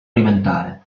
alimentare